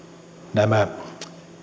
nämä